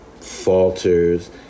falters